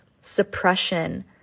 suppression